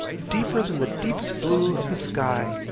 deeper than the deepest blue of the sky.